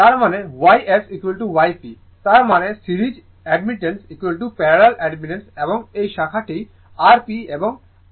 তার মানে Y S Y P তার মানে সিরিজ অ্যাডমিটেন্সপ্যারালাল অ্যাডমিটেন্স এবং এই শাখাটি Rp এবং Rp